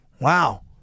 wow